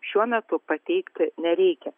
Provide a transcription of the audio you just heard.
šiuo metu pateikti nereikia